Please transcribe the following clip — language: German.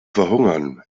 verhungern